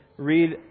Read